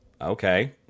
okay